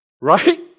right